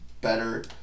better